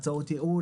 הצעות ייעול,